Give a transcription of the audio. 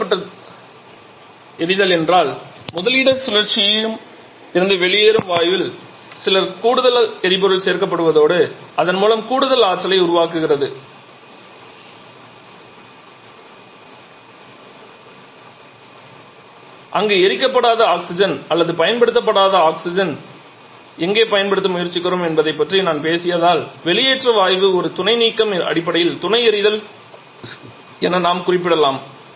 வெளியேற்றப்பட்ட எரிதல் என்றால் முதலிட சுழற்சியில் இருந்து வெளியேறும் வாயுவில் சில கூடுதல் எரிபொருள் சேர்க்கப்படுவதோடு அதன் மூலம் கூடுதல் கூடுதல் ஆற்றலை உருவாக்குகிறது அங்கு எரிக்கப்படாத ஆக்ஸிஜன் அல்லது பயன்படுத்தப்படாத ஆக்ஸிஜனை எங்கே பயன்படுத்த முயற்சிக்கிறோம் என்பதைப் பற்றி நான் பேசியதால் வெளியேற்ற வாயு ஒரு துணை நீக்கம் அடிப்படையில் துணை எரிதல் என நாம் குறிப்பிடலாம்